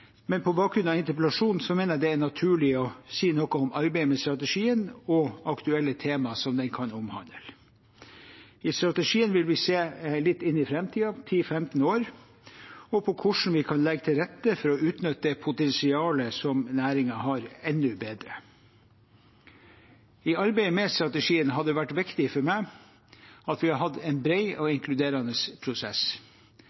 men på bakgrunn av interpellasjonen mener jeg det er naturlig å si noe om arbeidet med strategien og aktuelle tema som den kan omhandle. I strategien vil vi se litt inn i framtiden, 10 til 15 år, og på hvordan vi kan legge til rette for å utnytte det potensialet som næringen har, enda bedre. I arbeidet med strategien har det vært viktig for meg at vi har hatt en bred og